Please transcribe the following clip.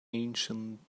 ancient